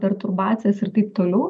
perturbacijas ir taip toliau